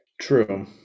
True